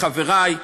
לחברי,